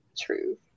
true